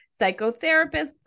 psychotherapists